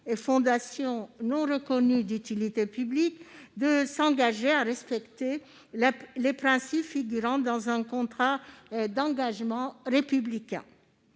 aux fondations non reconnues d'utilité publique de s'engager à respecter les principes figurant dans un contrat d'engagement républicain.